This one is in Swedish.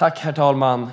Herr talman!